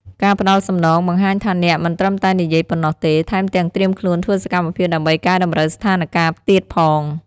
ការផ្តល់សំណងបង្ហាញថាអ្នកមិនត្រឹមតែនិយាយប៉ុណ្ណោះទេ ថែមទាំងត្រៀមខ្លួនធ្វើសកម្មភាពដើម្បីកែតម្រូវស្ថានការណ៍ទៀតផង។